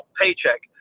paycheck